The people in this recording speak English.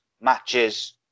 matches